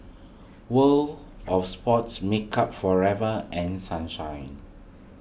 World of Sports Makeup Forever and Sunshine